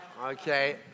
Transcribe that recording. Okay